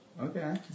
Okay